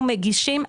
אנחנו מגישים,